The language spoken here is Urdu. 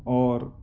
اور